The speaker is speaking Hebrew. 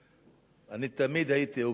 אני תמיד הייתי אופטימי.